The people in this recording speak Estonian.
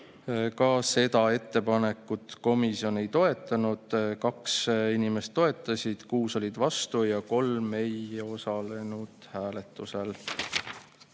Ka seda ettepanekut komisjon ei toetanud: 2 inimest toetasid, 6 olid vastu ja 3 ei osalenud hääletusel. Kolmas